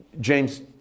James